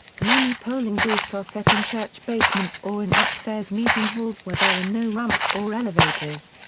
many polling booths are set in church basements or in upstairs meeting halls where there are no ramps or elevators.